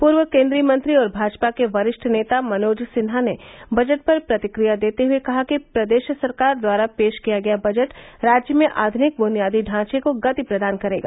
पूर्व केन्द्रीय मंत्री और भाजपा के वरिष्ठ नेता मनोज सिन्हा ने बजट पर प्रतिक्रिया देते हुए कहा कि प्रदेश सरकार द्वारा पेश किया गया बजट राज्य में आधुनिक बुनियादी ढांचे को गति प्रदान करेगा